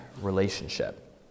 relationship